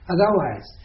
Otherwise